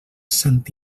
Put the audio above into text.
sant